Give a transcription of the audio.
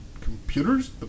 computers